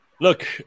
Look